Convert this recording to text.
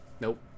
Nope